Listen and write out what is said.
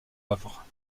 havre